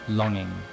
longing